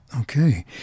Okay